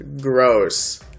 gross